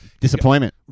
Disappointment